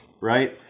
right